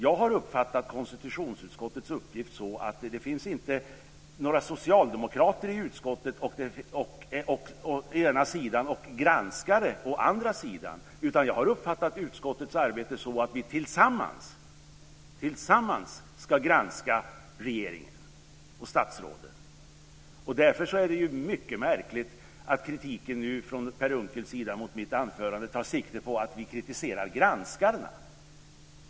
Jag har uppfattat konstitutionsutskottets uppgift så att det inte finns några socialdemokrater i utskottet å ena sidan och granskare å andra sidan. Jag har uppfattat utskottets arbete så att vi tillsammans ska granska regeringen och statsråden. Därför är det mycket märkligt att kritiken från Per Unckels sida mot mitt anförande tar sikte på att vi kritiserar granskarna.